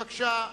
בבקשה,